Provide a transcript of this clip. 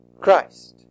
Christ